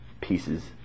pieces